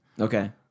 Okay